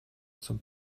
zum